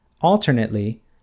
Alternately